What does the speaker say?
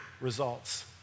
results